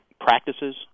practices